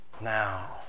Now